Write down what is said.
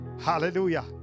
hallelujah